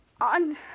on